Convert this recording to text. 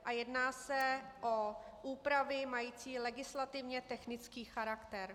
A jedná se o úpravy mající legislativně technický charakter.